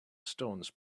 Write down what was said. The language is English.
stones